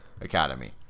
Academy